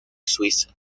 suiza